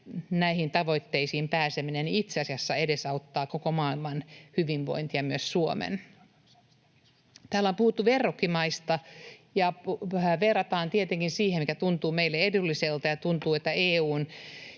näihin tavoitteisiin pääseminen itse asiassa edesauttaa koko maailman hyvinvointia, myös Suomen. Täällä on puhuttu verrokkimaista. Verrataan tietenkin siihen, mikä tuntuu meille edulliselta, ja EU:n